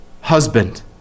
husband